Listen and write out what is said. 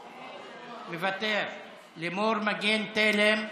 מוותר, לימור מגן תלם,